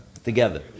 Together